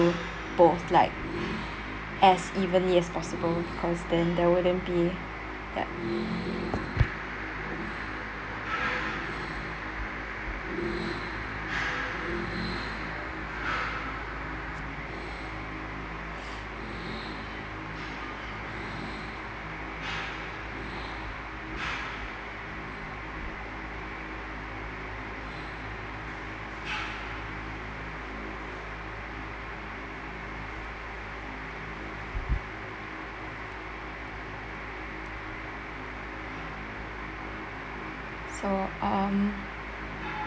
to both like as evenly as possible because then there wouldn't be yup so um